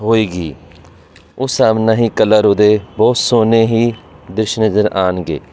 ਹੋਏਗੀ ਉਸ ਹਿਸਾਬ ਨਾਲ ਹੀ ਕਲਰ ਉਹਦੇ ਬਹੁਤ ਸੋਹਣੇ ਹੀ ਦ੍ਰਿਸ਼ ਨਜ਼ਰ ਆਉਣਗੇ